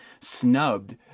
snubbed